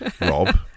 Rob